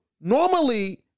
normally